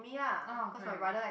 ah correct